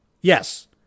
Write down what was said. Yes